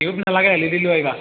tube নালাগে L E D লৈ আহিবা